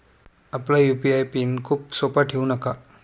आपला UPI pin खूप सोपा ठेवू नका